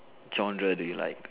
genre that you like